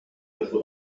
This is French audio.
quatre